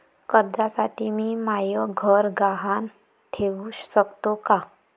कर्जसाठी मी म्हाय घर गहान ठेवू सकतो का